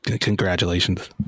Congratulations